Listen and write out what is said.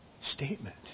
statement